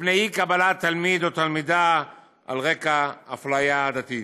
מפני אי-קבלת תלמיד או תלמידה על רקע אפליה עדתית.